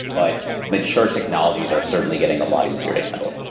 but mature technologies are certainly getting a lot easier to handle.